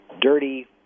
dirty